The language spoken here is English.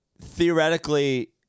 theoretically